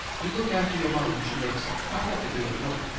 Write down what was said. you look after your mother when she wakes up. i got to be at work!